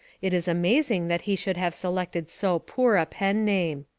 it is amazing that he should have selected so poor a pen name.